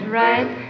right